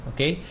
Okay